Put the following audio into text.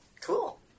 Cool